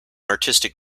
artistic